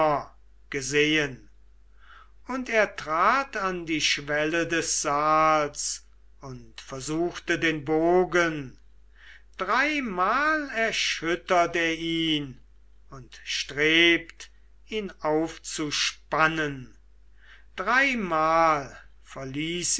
gesehen und er trat an die schwelle des saals und versuchte den bogen dreimal erschüttert er ihn und strebt ihn aufzuspannen dreimal verließ ihn